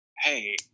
hey